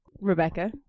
Rebecca